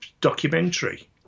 documentary